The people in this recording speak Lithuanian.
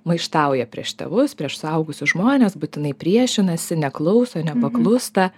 maištauja prieš tėvus prieš suaugusius žmones būtinai priešinasi neklauso nepaklūsta